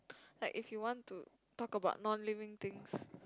like if you want to talk about non living things